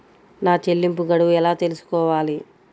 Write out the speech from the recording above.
నా చెల్లింపు గడువు ఎలా తెలుసుకోవాలి?